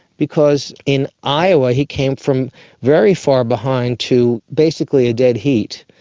because in iowa he came from very far behind to basically a dead heat.